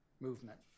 movement